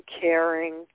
caring